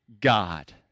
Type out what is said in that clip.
God